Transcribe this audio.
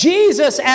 Jesus